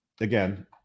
again